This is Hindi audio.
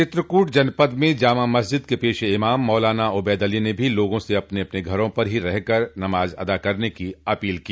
चित्रकूट जनपद में जामा मस्जिद के पेशे इमाम मौलाना उबैद अली ने भी लोगा से अपने अपने घरों पर ही रह कर नमाज अदा करने की अपील की